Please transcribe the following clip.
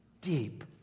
deep